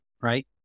right